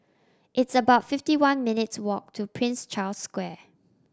it's about fifty one minutes' walk to Prince Charles Square